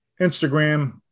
Instagram